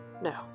No